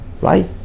right